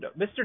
Mr